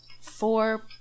four